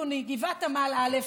אדוני: גבעת עמל א',